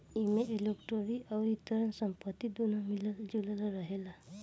एमे इक्विटी अउरी ऋण संपत्ति दूनो मिलल जुलल रहेला